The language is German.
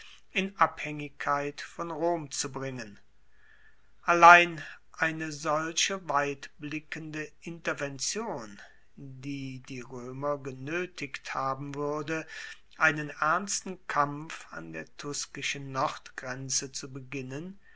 in abhaengigkeit von rom zu bringen allein eine solche weitblickende intervention die die roemer genoetigt haben wuerde einen ernsten kampf an der tuskischen nordgrenze zu beginnen